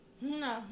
No